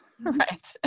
right